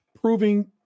proving